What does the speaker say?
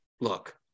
look